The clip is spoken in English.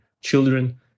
children